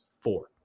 Four